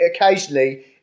occasionally